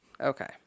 Okay